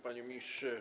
Panie Ministrze!